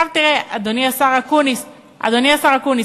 תראה, אדוני השר אקוניס, אדוני השר אקוניס,